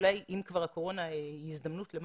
ואולי אם כבר הקורונה היא הזדמנות למשהו,